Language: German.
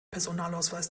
personalausweis